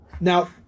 Now